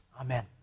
Amen